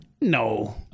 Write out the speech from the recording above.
No